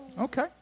Okay